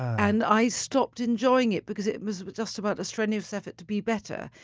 and i stopped enjoying it because it was just about a strenuous effort to be better.